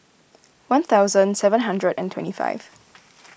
one thousand seven hundred and twenty five